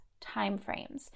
timeframes